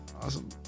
awesome